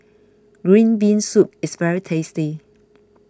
Green Bean Soup is very tasty